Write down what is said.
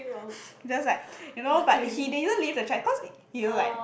that was like you know but he didn't leave the chat cause you know like